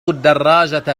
الدراجة